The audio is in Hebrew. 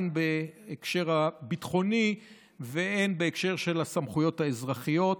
הן בהקשר הביטחוני והן בהקשר של הסמכויות האזרחיות,